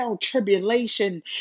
tribulation